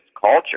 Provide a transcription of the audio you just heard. culture